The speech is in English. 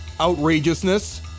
outrageousness